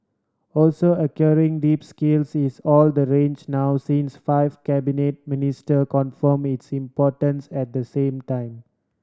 also acquiring deep skills is all the rage now since five cabinet minister confirm its importance at the same time